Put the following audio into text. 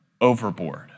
overboard